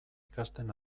ikasten